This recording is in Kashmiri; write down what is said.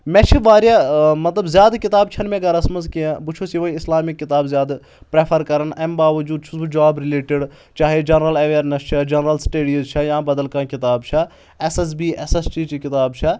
مےٚ چھِ واریاہ مطلب زیادٕ کِتاب چھنہٕ مےٚ گرس منٛز کینٛہہ بہٕ چھُس یِہُے اِسلامِک کِتاب زیادٕ پرٛیفر کران اَمہِ باوجوٗد چھُس بہٕ جاب رِلیٹِڈ چاہے جَنرَل ایٚویَرنؠس چھا جَنرَل سٹڈیٖز چھا یا بدل کانٛہہ کِتاب چھا S S B S S T چہِ کِتاب چھےٚ